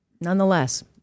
Nonetheless